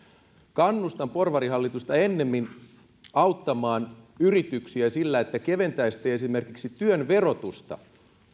kannustan porvarihallitusta ennemmin auttamaan yrityksiä sillä että keventäisitte esimerkiksi työn verotusta